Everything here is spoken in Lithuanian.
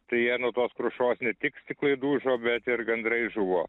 tai jie nuo tos krušos ne tik stiklai dužo bet ir gandrai žuvo